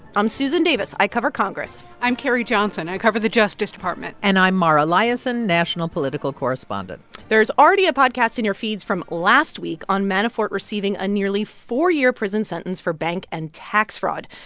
i'm susan davis. i cover congress i'm carrie johnson. i cover the justice department and i'm mara liasson, national political correspondent there is already a podcast in your feeds from last week on manafort receiving a nearly four-year prison sentence for bank and tax fraud.